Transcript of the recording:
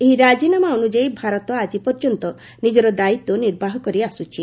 ଏହି ରାଜିନାମା ଅନୁଯାୟୀ ଭାରତ ଆଜି ପର୍ଯ୍ୟନ୍ତ ନିଜର ଦାୟିତ୍ୱ ନିର୍ବାହ କରି ଆସୁଛି